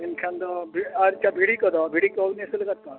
ᱢᱮᱱᱠᱷᱟᱱ ᱫᱚ ᱟᱪᱪᱷᱟ ᱵᱷᱤᱲᱤ ᱠᱚᱫᱚ ᱵᱷᱤᱲᱤ ᱠᱚᱵᱤᱱ ᱟᱹᱥᱩᱞ ᱟᱠᱟᱫ ᱠᱚᱣᱟ